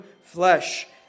flesh